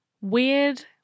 Weird